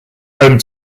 home